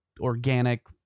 organic